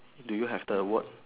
do you have the word